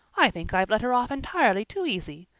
i think i've let her off entirely too easy.